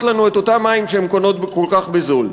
לנו את אותם מים שהן קונות כל כך בזול.